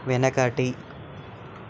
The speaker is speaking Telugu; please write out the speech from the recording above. వెనకటి